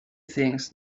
things